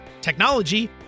technology